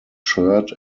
shirt